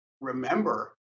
remember